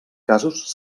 casos